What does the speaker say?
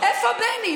איפה בני?